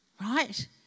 right